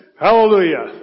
Hallelujah